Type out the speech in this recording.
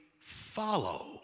follow